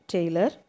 Taylor